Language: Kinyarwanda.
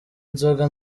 nzoga